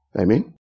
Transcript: Amen